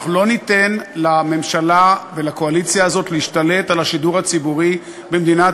אנחנו לא ניתן לממשלה ולקואליציה הזאת להשתלט על השידור הציבורי במדינת